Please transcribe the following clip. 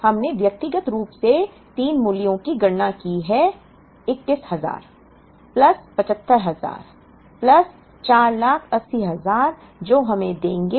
हमने व्यक्तिगत रूप से 3 मूल्यों की गणना की है 21000 प्लस 75000 प्लस 480000 जो हमें 576000 देंगे